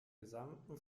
gesamten